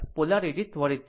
આ પોલારીટી ત્વરિત છે